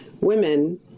women